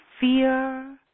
fear